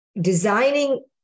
designing